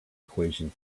equations